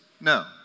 no